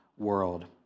world